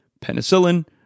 penicillin